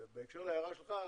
בהקשר להערה שלך,